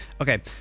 Okay